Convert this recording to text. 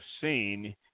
seen